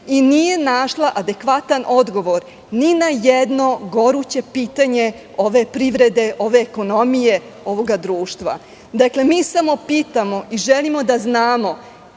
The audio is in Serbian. i nije našla adekvatan odgovor ni na jedno goruće pitanje ove privrede, ove ekonomije ovog društva. Samo pitamo i želimo da znamo